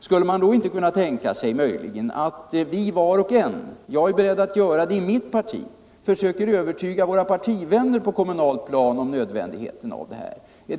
Skulle man då inte möjligen kunna tänka sig att vi var och en —-jag är beredd att göra det i mitt parti — försöker övertyga våra partivänner på det kommunala planet om nödvändigheten av att aktivera den kommunala konsumentpolitiken?